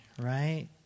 right